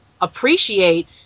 appreciate